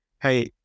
hey